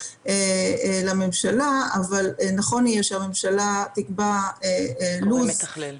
איפה זה נמצא הנושא